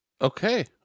Okay